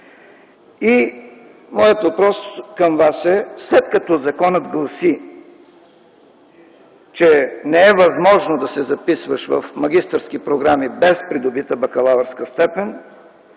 Моят въпрос към Вас е: след като законът гласи, че не е възможно да се записваш в магистърски програми без придобита бакалавърска степен,